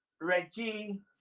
Reggie